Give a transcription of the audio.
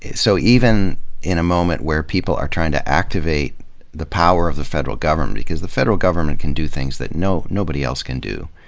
so even in a moment where people are trying to activate the power of the federal government because the federal government can do things that nobody else can do.